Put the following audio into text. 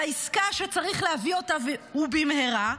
בעסקה שצריך להביא אותה במהרה,